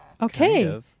Okay